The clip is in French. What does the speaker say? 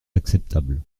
acceptable